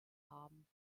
haben